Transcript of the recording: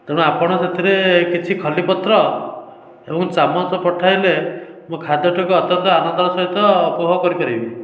ତେଣୁ ଆପଣ ସେଥିରେ କିଛି ଖଲି ପତ୍ର ଏବଂ ଚାମଚ ପଠାଇଲେ ମୋ ଖାଦ୍ୟଟିକୁ ଅତ୍ୟନ୍ତ ଆନନ୍ଦର ସହିତ ଉପଭୋଗ କରିପାରିବି